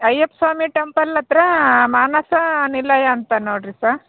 Ayyappa Swami temple ಹತ್ರ ಮಾನಸಾ ನಿಲಯ ಅಂತ ನೋಡಿರಿ ಸಾ